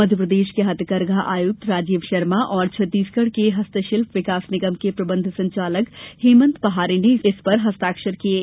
मध्यप्रदेश के हथकरघा आयुक्त राजीव शर्मा और छत्तीसगढ़ के हस्तशिल्प विकास निगम के प्रबंध संचालक हेमंत पहारे ने इस पर हस्ताक्षर किये